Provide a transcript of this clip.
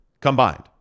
combined